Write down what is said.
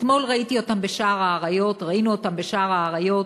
אתמול ראינו אותם בשער האריות,